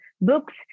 books